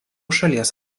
šalies